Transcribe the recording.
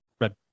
Red